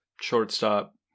shortstop